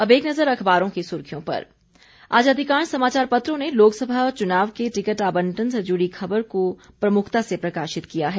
अब एक नजर अखबारों की सुर्खियों पर आज अधिकांश समाचार पत्रों ने लोकसभा चुनाव के टिकट आबंटन से जुड़ी खबर को प्रमुखता से प्रकाशित किया है